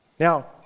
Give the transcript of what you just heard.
Now